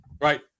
Right